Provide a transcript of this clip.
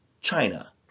China